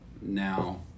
Now